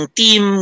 team